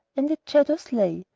in its shadows lay,